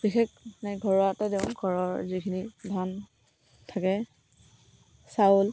বিশেষ মানে ঘৰুৱাতে দিওঁ ঘৰৰ যিখিনি ধান থাকে চাউল